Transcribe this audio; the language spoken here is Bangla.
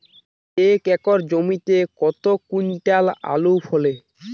এক একর জমিতে কত কুইন্টাল আলু ফলে?